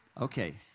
Okay